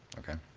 okay.